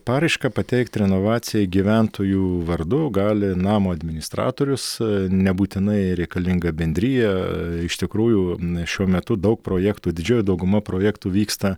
paraišką pateikt renovacijai gyventojų vardu gali namo administratorius nebūtinai reikalinga bendrija iš tikrųjų šiuo metu daug projektų didžioji dauguma projektų vyksta